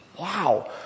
Wow